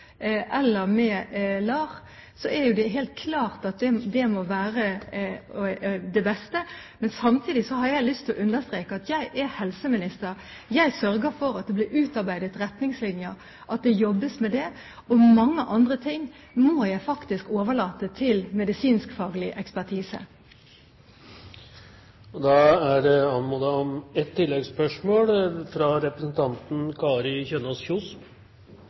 eller med LAR, er det jo helt klart at det må være det beste. Men samtidig har jeg lyst til å understreke at jeg er helseminister, jeg sørger for at det blir utarbeidet retningslinjer, at det jobbes med det. Mange andre ting må jeg faktisk overlate til medisinskfaglig ekspertise. Det blir gitt anledning til ett oppfølgingsspørsmål – fra Kari Kjønaas Kjos.